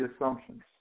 assumptions